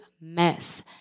mess